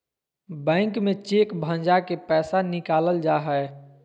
bank में cheque भंजा के पैसा निकालल जा हय